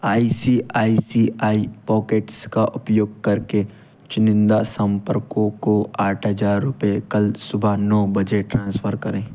I C I C I pockets का उपयोग करके चुनिंदा संपर्कों को आठ हज़ार रुपये कल सुबह नौ बजे ट्रांसफ़र करें